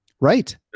Right